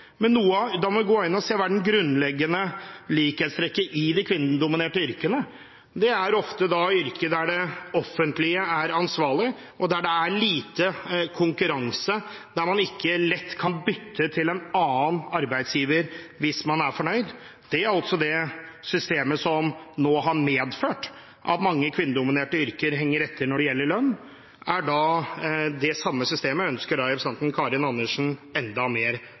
Men da må vi gå inn og se: Hva er det grunnleggende likhetstrekket i de kvinnedominerte yrkene? Det er ofte yrker der det offentlige er ansvarlig, der det er lite konkurranse, og der man ikke lett kan bytte til en annen arbeidsgiver hvis man ikke er fornøyd. Det er altså det systemet som nå har medført at mange kvinnedominerte yrker henger etter når det gjelder lønn. Det samme systemet ønsker da representanten Karin Andersen enda mer